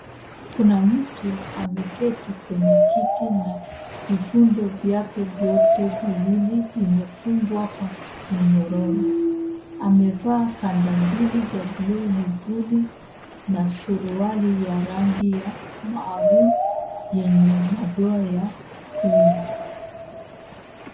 Kuna mtu ameketi kwenye kiti na vifundo vyake vyote viwili vimefungwa kwa minyororo. Amevaa kanda mbili za bluu miguuni na suruali ya rangi ya maroon yenye madoa ya cream .